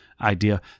idea